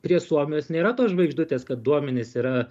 prie suomijos nėra tos žvaigždutės kad duomenys yra